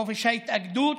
חופש ההתאגדות,